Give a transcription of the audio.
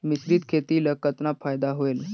मिश्रीत खेती ल कतना फायदा होयल?